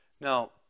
Now